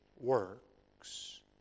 works